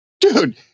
dude